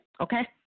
okay